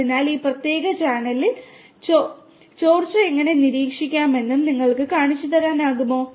അതിനാൽ ഈ പ്രത്യേക പാനലിൽ ചോർച്ച എങ്ങനെ നിരീക്ഷിക്കാമെന്ന് നിങ്ങൾക്ക് കാണിച്ചുതരാനാകുമോ